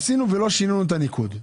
עשינו ולא שינינו את הניקוד.